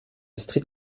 street